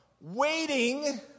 waiting